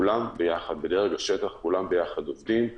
בדרג השטח כולם עובדים ביחד.